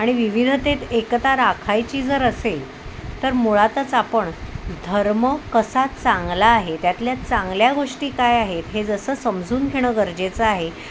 आणि विविधतेत एकता राखायची जर असेल तर मुळातच आपण धर्म कसा चांगला आहे त्यातल्या चांगल्या गोष्टी काय आहेत हे जसं समजून घेणं गरजेचं आहे